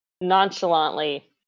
nonchalantly